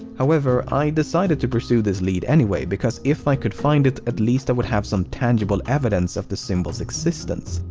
however, i decided to pursue this lead anyway because if i could find it, at least i would have some tangible evidence of the symbol's existence.